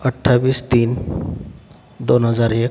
अठ्ठावीस तीन दोन हजार एक